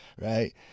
right